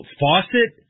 faucet